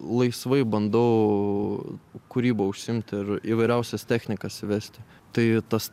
laisvai bandau kūryba užsiimt ir įvairiausias technikas įvesti tai tas